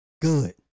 Good